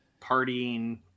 partying